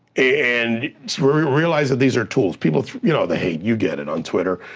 and realize that these are tools. people, you know the hate, you get it on twitter.